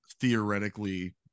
theoretically